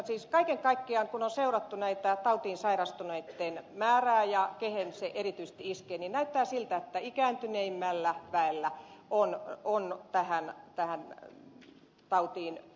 siis kaiken kaikkiaan kun on seurattu tautiin sairastuneitten määrää ja sitä kehen se erityisesti iskee niin näyttää siltä että ikääntyneempi väestö ei sairastu tähän vauhtiin